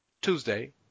Tuesday